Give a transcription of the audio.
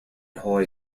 hoy